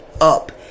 up